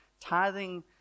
tithing